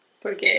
Porque